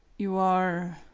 you are,